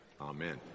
amen